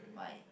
why